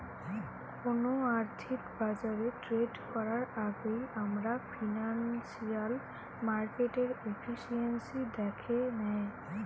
কোনো আর্থিক বাজারে ট্রেড করার আগেই আমরা ফিনান্সিয়াল মার্কেটের এফিসিয়েন্সি দ্যাখে নেয়